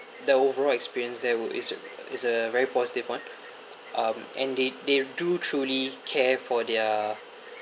the overall experience there wa~ is a is a very positive one um and they they do truly care for their